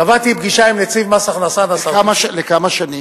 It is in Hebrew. קבעתי פגישה עם נציב מס הכנסה, לכמה שנים?